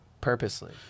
purposely